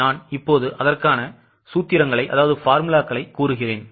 நான் உங்களுக்கு சூத்திரங்களைக் கூறுகிறேன்